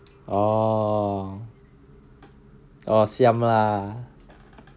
oh oh siam ah